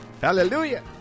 hallelujah